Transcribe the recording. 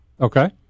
Okay